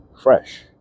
fresh